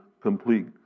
complete